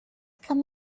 come